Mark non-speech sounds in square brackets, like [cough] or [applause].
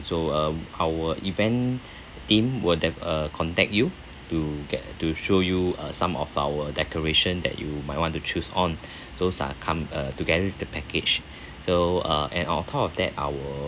so uh our event team will de~ uh contact you to get to show you uh some of our decoration that you might want to choose on [breath] those are come uh together with the package so uh and on top of that our